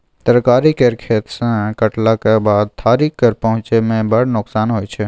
तरकारी केर खेत सँ कटलाक बाद थारी तक पहुँचै मे बड़ नोकसान होइ छै